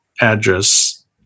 address